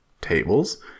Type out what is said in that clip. tables